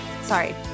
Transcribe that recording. sorry